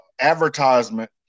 advertisement